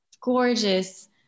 gorgeous